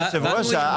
היושב ראש,